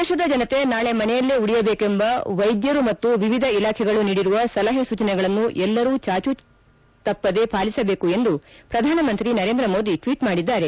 ದೇಶದ ಜನತೆ ನಾಳೆ ಮನೆಯಲ್ಲೇ ಉಳಿಯಬೇಕೆಂಬ ವೈದ್ಯರು ಮತ್ತು ವಿವಿಧ ಇಲಾಖೆಗಳು ನೀಡಿರುವ ಸಲಹೆ ಸೂಚನೆಗಳನ್ನು ಎಲ್ಲರೂ ಚಾಚು ತಪ್ಪದೆ ಪಾಲಿಸಬೇಕು ಎಂದು ಪ್ರಧಾನಮಂತ್ರಿ ನರೇಂದ್ರ ಮೋದಿ ಟ್ವೀಟ್ ಮಾಡಿದ್ದಾರೆ